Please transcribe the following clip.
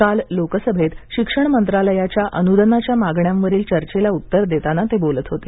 काल लोकसभेत शिक्षण मंत्रालयाच्या अनुदानाच्या मागण्यांवरील चर्चेला उत्तर देताना बोलत होते